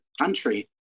country